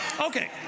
Okay